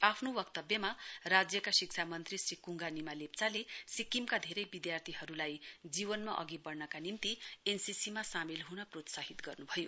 आफ्नो वक्तव्यमा राज्यका शिक्षा मन्त्री श्री कङगा निमा लेप्चाले सिक्किमका धेरै विधार्थीहरुलाई जीवनमा अघि वढ़नका निम्ति एनसीसी मा सामेल हुन प्रोत्साहित गर्नुभयो